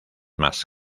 más